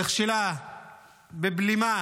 נכשלה בבלימה